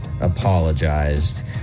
apologized